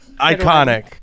Iconic